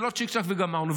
זה לא צ'יק-צ'ק וגמרנו,